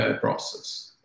process